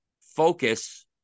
focus